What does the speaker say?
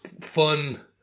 fun